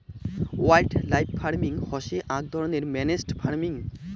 wildlife farming হসে আক ধরণের ম্যানেজড ফার্মিং